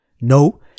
no